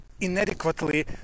inadequately